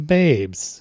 babes